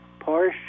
Porsche